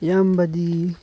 ꯑꯌꯥꯝꯕꯗꯤ